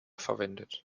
verwendet